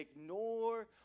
ignore